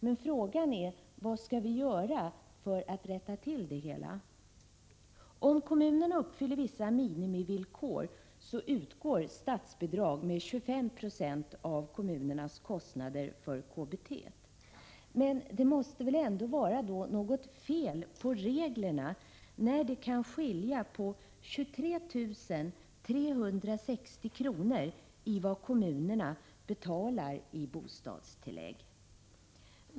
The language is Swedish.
Men frågan är vad vi skall göra för att komma till rätta med det hela. Om kommunerna uppfyller vissa minimikrav utgår statsbidrag med 25 4 av deras kostnader för KBT. Men det måste väl ändå vara något fel på reglerna, när det kan skilja på 23 360 kr. i vad kommunerna betalar i bostadstillägg.